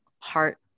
heart